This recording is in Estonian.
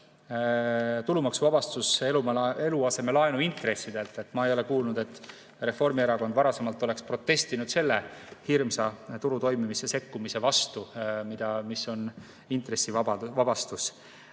tulumaksuvabastus eluasemelaenu intressidelt. Ma ei ole kuulnud, et Reformierakond varasemalt oleks protestinud selle hirmsa turu toimimisse sekkumise vastu, mis on intressivabastus.